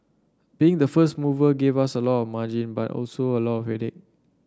being the first mover gave us a lot margin but also a lot of it